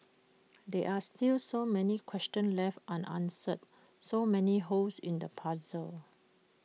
there are still so many questions left unanswered so many holes in the puzzle